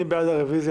מי בעד הרביזיה?